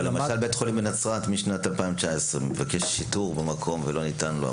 אבל למשל בית החולים בנצרת משנת 2019 מתבקש שיטור במקום ולא ניתן לו,